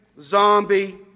zombie